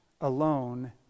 alone